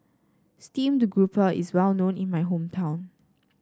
Steamed Grouper is well known in my hometown